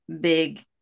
big